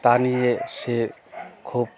তা নিয়ে সে খুব